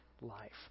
life